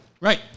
Right